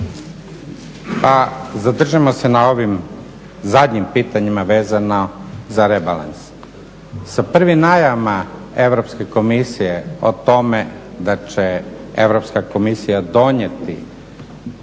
Pa zadržimo se na ovim zadnjim pitanjima vezano za rebalans. Sa prvim najavama Europske komisije o tome da će Europska komisija donijeti